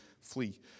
flee